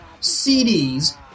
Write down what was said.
CDs